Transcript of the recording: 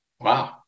Wow